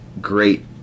great